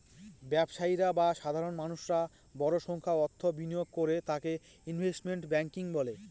ব্যবসায়ী বা সাধারণ মানুষেরা বড় সংখ্যায় অর্থ বিনিয়োগ করে তাকে ইনভেস্টমেন্ট ব্যাঙ্কিং বলে